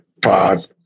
pod